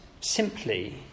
simply